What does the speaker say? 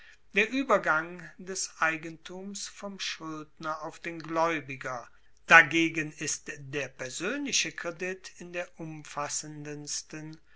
der uebergang des eigentums vom schuldner auf den glaeubiger dagegen ist der persoenliche kredit in der umfassendsten